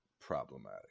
problematic